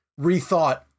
rethought